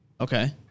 Okay